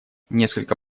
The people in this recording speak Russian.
несколько